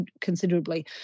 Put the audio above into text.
considerably